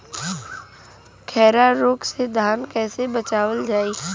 खैरा रोग से धान कईसे बचावल जाई?